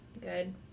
good